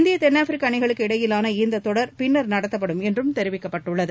இந்திய தென்னாப்பிரிக்க அணிகளுக்கு இடையிலான இந்த தொடர் பின்னர் நடத்தப்படும் என்றும் தெரிவிக்கப்பட்டுள்ளது